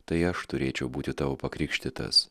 tai aš turėčiau būti tavo pakrikštytas